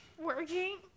working